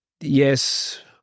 Yes